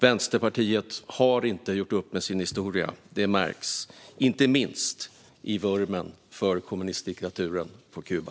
Vänsterpartiet har inte gjort upp med sin historia, och det märks - inte minst i vurmen för kommunistdiktaturen på Kuba.